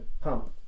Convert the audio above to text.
pump